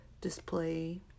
display